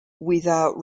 without